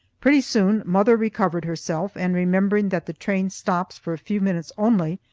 pretty soon mother recovered herself, and remembering that the train stops for a few minutes only,